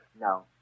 No